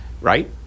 Right